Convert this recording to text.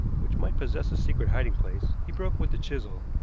which might possess a secret hiding-place, he broke with the chisel,